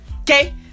Okay